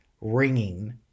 ringing